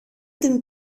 την